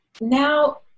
now